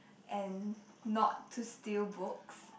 and not to steal books